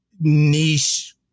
niche